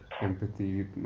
empathy